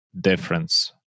difference